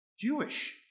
Jewish